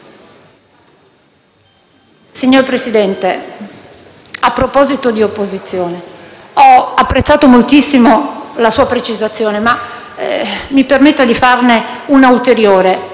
Signor Presidente, a proposito di opposizione ho apprezzato moltissimo la sua precisazione, ma mi permetta di farne una ulteriore.